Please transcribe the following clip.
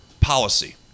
policy